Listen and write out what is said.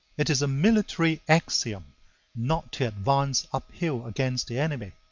it is a military axiom not to advance uphill against the enemy,